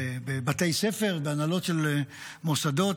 בבתי ספר, בהנהלות של מוסדות,